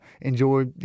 enjoy